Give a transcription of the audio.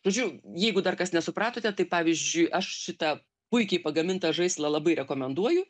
žodžiu jeigu dar kas nesupratote tai pavyzdžiui aš šitą puikiai pagamintą žaislą labai rekomenduoju